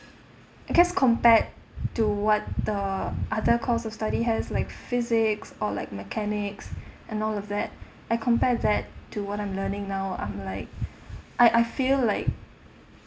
I guess compared to what the other course of study has like physics or like mechanics and all of that I compare that to what I'm learning now I'm like I I feel like